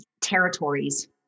territories